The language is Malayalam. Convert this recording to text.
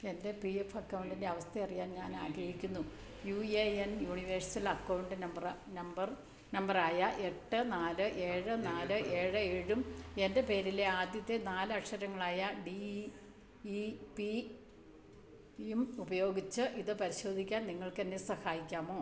എൻ്റെ പി എഫ് അക്കൗണ്ടിൻ്റെ അവസ്ഥ അറിയാൻ ഞാൻ ആഗ്രഹിക്കുന്നു U A N universal account number number നമ്പറായ എട്ട് നാല് ഏഴ് നാല് ഏഴ് ഏഴും എൻ്റെ പേരിലെ ആദ്യത്തെ നാലക്ഷരങ്ങളായ ഡി ഇ ഇ പി യും ഉപയോഗിച്ച് ഇത് പരിശോധിക്കാൻ നിങ്ങൾക്കെന്നെ സഹായിക്കാമോ